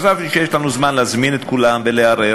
חשבתי שיש לנו זמן להזמין את כולם ולערער.